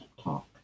talk